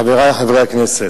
חברי חברי הכנסת,